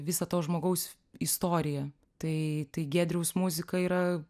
visą to žmogaus istoriją tai tai giedriaus muzika yra